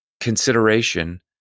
consideration